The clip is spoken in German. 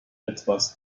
etwas